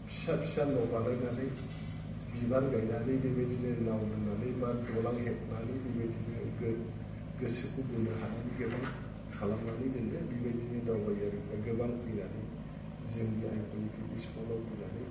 फिसा फिसा न' बानायनानै बिबार गायनानै बेबायदिनो नाव दोननानै बा दालां हेबनानै बेबायदिनो गोसोखौ बोनो हानायनि बिबां खालामनानै दोनो बिबायदिनो दावबायारिफ्रा गोबां फैनानै जोंनि आइ फवालि पिकनिक स्पटआव फैनानै